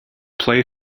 play